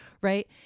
right